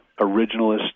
originalist